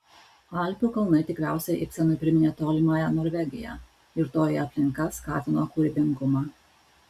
alpių kalnai tikriausiai ibsenui priminė tolimąją norvegiją ir toji aplinka skatino kūrybingumą